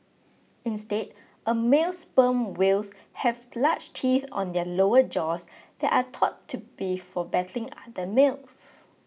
instead a male sperm whales have large teeth on their lower jaws that are thought to be for battling other males